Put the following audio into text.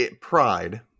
pride